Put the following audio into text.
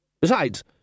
Besides